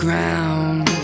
Ground